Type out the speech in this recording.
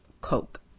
Coke